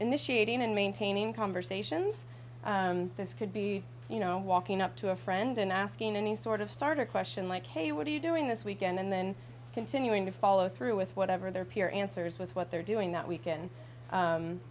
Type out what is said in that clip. initiating and maintaining conversations this could be you know walking up to a friend and asking any sort of starter question like hey what are you doing this weekend and then continuing to follow through with whatever their peer answers with what they're doing that we